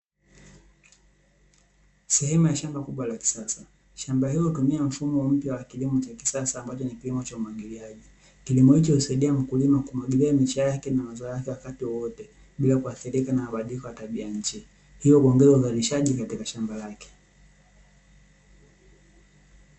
Sehemu ya shamba kubwa la kisasa. Shamba hilo hutumia mfumo mpya wa kilimo cha kisasa ambacho ni kilimo cha umwagiliaji. Kilimo hichi husaidia mkulima kumwagilia miche yake na mazao yake wakati wowote, bila kuathirika na mabadiliko ya tabia nchi; hivyo kuongeza uzalishaji katika shamba lake.